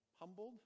humbled